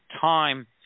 time